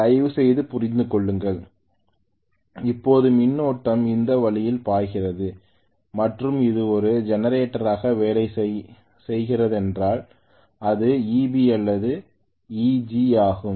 தயவுசெய்து புரிந்து கொள்ளுங்கள் இப்போது மின்னோட்டம் இந்த வழியில் பாய்கிறது மற்றும் இது ஒரு ஜெனரேட்டராக வேலை செய்கிறதென்றால் இது Eb அல்லது Eg ஆகும்